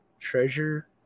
treasure